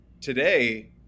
today